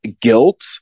guilt